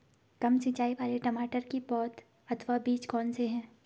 कम सिंचाई वाले टमाटर की पौध अथवा बीज कौन से हैं?